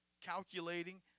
calculating